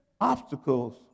obstacles